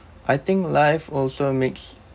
I think life also makes